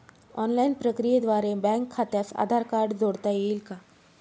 Online प्रक्रियेद्वारे bank खात्यास Aadhaar card जोडता येईल का?